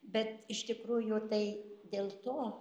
bet iš tikrųjų tai dėl to